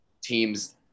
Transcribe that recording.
teams